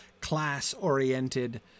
class-oriented